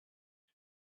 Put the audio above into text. you